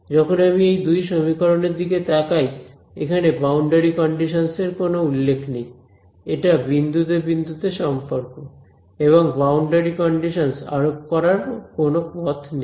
যখন আমি এই দুটি সমীকরণ এর দিকে তাকাই এখানে বাউন্ডারি কন্ডিশনস এর কোন উল্লেখ নেই এটা বিন্দুতে বিন্দুতে সম্পর্ক এবং বাউন্ডারি কন্ডিশনস আরোপ করারও কোন পথ নেই